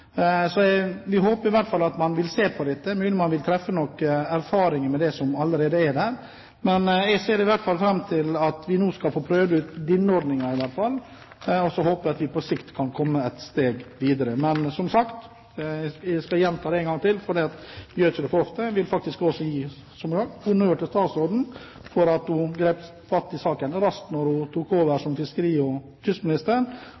Vi håper i hvert fall at man vil se på dette, og det er mulig man vil høste noen erfaringer med det som allerede er der, men jeg ser fram til at vi nå skal få prøvd ut denne ordningen. Så håper jeg at vi på sikt kan komme et steg videre. Men jeg skal gjenta det en gang til, for man gjør det ikke for ofte: Jeg vil gi honnør til statsråden for at hun grep fatt i saken raskt da hun tok over